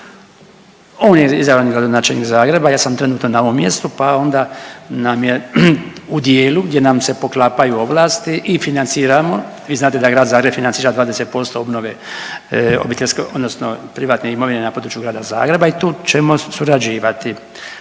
On je izabrani gradonačelnik Zagreba. Ja sam trenutno na ovom mjestu, pa onda nam je u dijelu gdje nam se poklapaju ovlasti i financiramo. Vi znate da grad Zagreb financira 20% obnove obiteljske, odnosno privatne imovine na području grada Zagreba i tu ćemo surađivati.